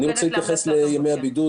אני רוצה להתייחס לימי הבידוד,